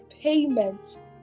payment